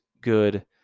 good